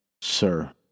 Sir